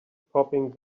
popping